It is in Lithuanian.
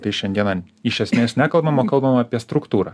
tai šiandieną iš esmės nekalbam o kalbam apie struktūrą